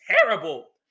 terrible